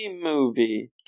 movie